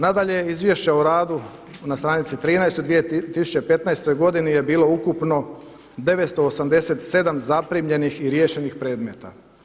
Nadalje, Izvješće o radu na stranici 13. u 2015. godini je bilo ukupno 987 zaprimljenih i riješenih predmeta.